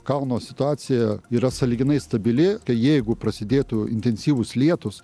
kalno situacija yra sąlyginai stabili jeigu prasidėtų intensyvūs lietūs